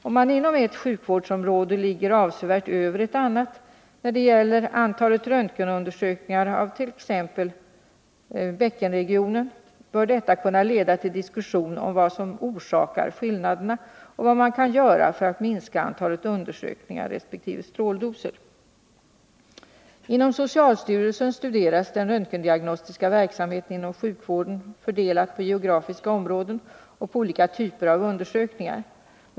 Om antalet röntgenundersökningar, t.ex. av bäckenregionen, inom ett sjukvårdsområde ligger avsevärt över antalet sådana undersökningar inom ett annat sjukvårdsområde bör detta kunna leda till diskussion om vad som orsakat skillnaderna och vad man kan göra för att minska antalet undersökningar resp. stråldoser. I socialstyrelsen studeras den röntgendiagnostiska verksamheten inom sjukvården, fördelad på geografiska områden och på olika typer av undersökningar.